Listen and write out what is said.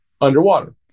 underwater